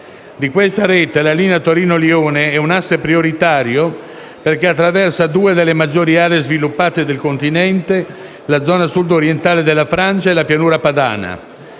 Di questa rete la linea Torino-Lione è un asse prioritario, perché attraversa due delle maggiori aree sviluppate del continente: la zona sudorientale della Francia e la Pianura padana.